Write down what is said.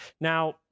Now